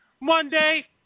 Monday